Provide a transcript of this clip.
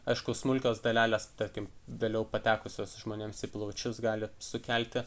aišku smulkios dalelės tarkim vėliau patekusios žmonėms į plaučius gali sukelti